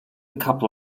couple